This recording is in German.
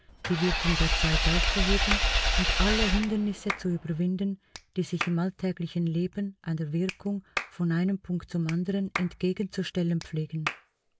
die wirkung der zeit aufzuheben und alle hindernisse zu überwinden die sich im alltäglichen leben einer wirkung von einem punkt zum andern entgegenzustellen pflegen